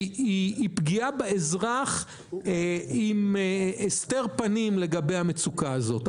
היא פגיעה באזרח עם הסתר פנים לגבי המצוקה הזאת.